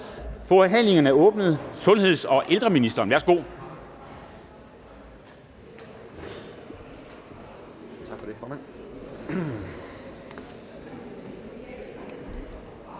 Forhandlingen er åbnet. Sundheds- og ældreministeren. Værsgo.